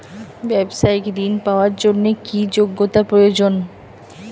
ব্যবসায়িক ঋণ পাওয়ার জন্যে কি যোগ্যতা প্রয়োজন?